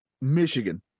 Michigan